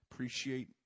Appreciate